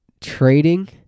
trading